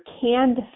canned